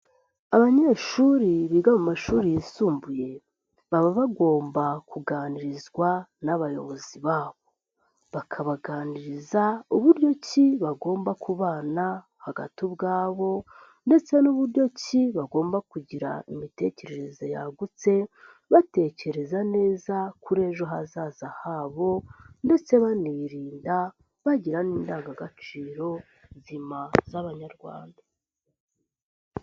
Abanyeshuri biga mu mashuri yisumbuye, baba bagomba kuganirizwa n'abayobozi babo, bakabaganiriza uburyo ki bagomba kubana hagati ubwabo ndetse n'uburyo ki bagomba kugira imitekerereze yagutse, batekereza neza kuri ejo hazaza habo ndetse banirinda bagira n'indangagaciro nzima z'abanyarwanda.